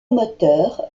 moteur